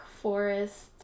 forest